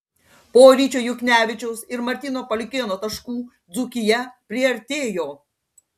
po ryčio juknevičiaus ir martyno paliukėno taškų dzūkija priartėjo